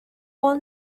all